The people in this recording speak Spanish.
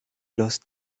los